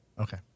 Okay